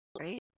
right